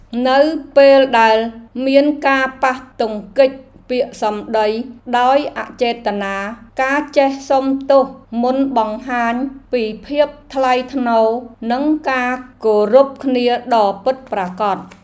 នៅពេលដែលមានការប៉ះទង្គិចពាក្យសម្តីដោយអចេតនាការចេះសុំទោសមុនបង្ហាញពីភាពថ្លៃថ្នូរនិងការគោរពគ្នាដ៏ពិតប្រាកដ។